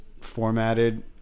formatted